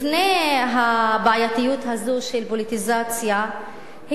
לפני הבעייתיות הזו של פוליטיזציה היא